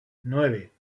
nueve